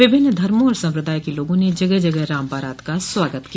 विभिन्न धर्मो और सम्प्रदाय के लोगों ने जगह जगह राम बारात का स्वागत किया